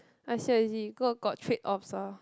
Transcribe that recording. I see I see got got trade offs ah